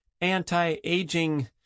anti-aging